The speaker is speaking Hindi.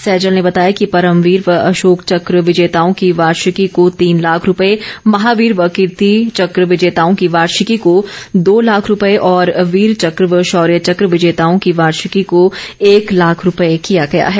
सैजल ने बताया कि परमवीर व अशोक चक्र विजेताओं की वार्षिकी को तीन लाख रुपये महावीर व कीर्ति चक्र विजेताओं की वार्षिकी को दो लाख रुपये और वीर चक्र व शौर्य चक्र विजेताओं की वार्षिकी को एक लाख रुपये किया गया है